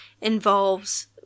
involves